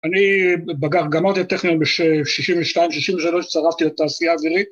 אני בגר, גמרתי את טכניון בשישים ושתיים, שישים ושלוש, הצתרפתי לתעשייה אווירית.